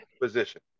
Position